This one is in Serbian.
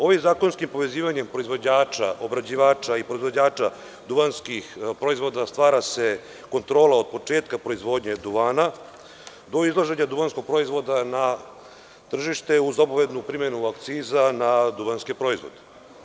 Ovim zakonskim povezivanjem proizvođača, obrađivača i proizvođača duvanskih proizvoda stvara se kontrola od početka proizvodnje duvana do izlaženja duvanskog proizvoda na tržište, uz obaveznu primenu akciza na duvanske proizvode.